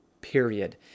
period